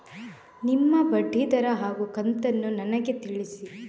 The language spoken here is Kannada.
ನಿಮ್ಮ ಬಡ್ಡಿದರ ಹಾಗೂ ಕಂತನ್ನು ನನಗೆ ತಿಳಿಸಿ?